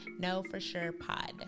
KnowForSurePod